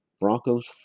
Broncos